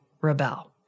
rebel